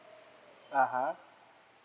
ah ha